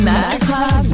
Masterclass